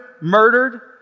murdered